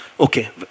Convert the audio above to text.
Okay